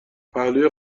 پهلوی